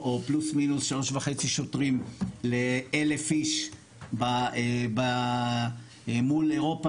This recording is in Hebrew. פלוס מינוס 3.5 שוטרים ל-1,000 איש מול אירופה,